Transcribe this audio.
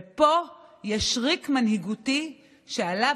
ואני עונה לעצמי בתשובה שפשוט המנהיגות לא מסוגלת לגנות דברים כאלה,